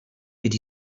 did